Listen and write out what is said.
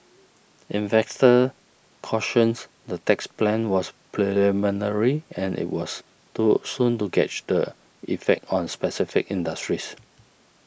investors cautions the tax plan was preliminary and it was too soon to gauge the effect on specific industries